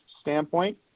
standpoint